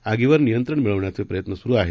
आगीवर नियंत्रण मिळवण्याचे प्रयत्न सुरु आहेत